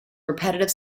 repetitive